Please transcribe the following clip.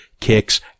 kicks